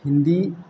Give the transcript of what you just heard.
Hindi